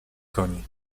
koni